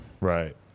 right